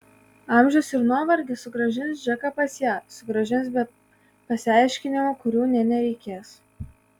amžius ir nuovargis sugrąžins džeką pas ją sugrąžins be pasiaiškinimų kurių nė nereikės